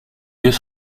yeux